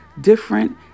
different